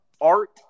Art